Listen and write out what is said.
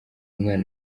mwana